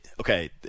Okay